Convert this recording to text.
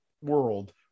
world